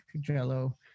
Jello